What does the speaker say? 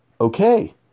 okay